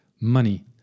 Money